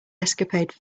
escapade